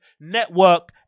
network